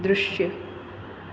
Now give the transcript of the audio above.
દૃશ્ય